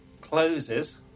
closes